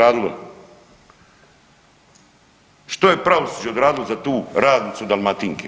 A što je pravosuđe odradilo za tu radnicu Dalmatinke?